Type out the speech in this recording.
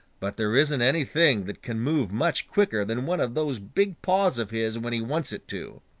but there isn't anything that can move much quicker than one of those big paws of his when he wants it to.